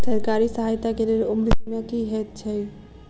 सरकारी सहायता केँ लेल उम्र सीमा की हएत छई?